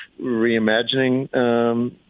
reimagining